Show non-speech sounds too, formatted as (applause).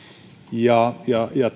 ja ja (unintelligible)